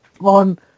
on